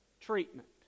treatment